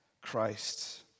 Christ